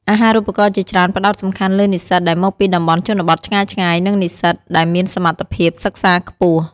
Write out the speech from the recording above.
អាហារូបករណ៍ជាច្រើនផ្ដោតសំខាន់លើនិស្សិតដែលមកពីតំបន់ជនបទឆ្ងាយៗ និងនិស្សិតដែលមានសមត្ថភាពសិក្សាខ្ពស់។